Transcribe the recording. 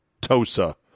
Tosa